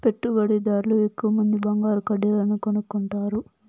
పెట్టుబడిదార్లు ఎక్కువమంది బంగారు కడ్డీలను కొనుక్కుంటారు